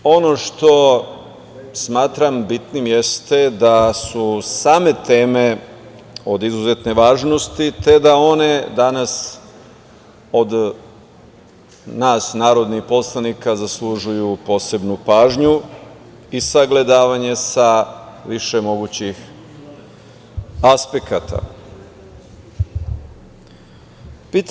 Međutim, ono što smatram bitnim jeste da su same teme od izuzetne važnosti, te da one danas od nas narodnih poslanika zaslužuju posebnu pažnju i sagledavanje sa više mogućih aspekata.